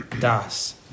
Das